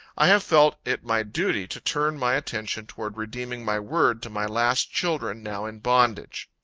i have felt it my duty to turn my attention toward redeeming my word to my last children now in bondage.